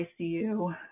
ICU